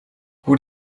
hoe